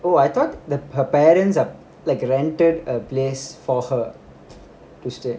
oh I thought the her parents are like rented a place for her to stay